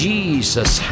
Jesus